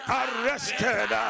arrested